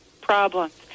problems